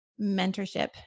mentorship